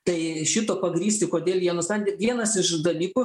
tai šito pagrįsti kodėl jie nusprendė vienas iš dalykų